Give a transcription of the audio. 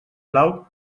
blau